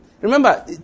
Remember